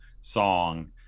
song